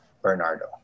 Bernardo